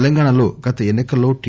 తెలంగాణలో గత ఎన్ని కల్లో టి